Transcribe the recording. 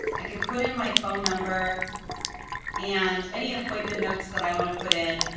i could put in my phone number and any appointment notes that i want to put in.